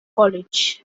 college